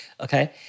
Okay